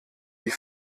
die